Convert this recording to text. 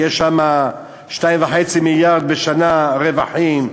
יש שמה 2.5 מיליארד בשנה רווחים,